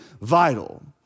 vital